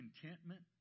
contentment